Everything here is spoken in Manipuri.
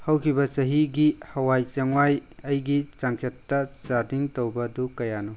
ꯍꯧꯈꯤꯕ ꯆꯍꯤꯒꯤ ꯍꯋꯥꯏ ꯆꯦꯡꯋꯥꯏ ꯑꯩꯒꯤ ꯆꯥꯡꯆꯠꯇ ꯆꯥꯗꯤꯡ ꯇꯧꯕꯗꯨ ꯀꯌꯥꯅꯣ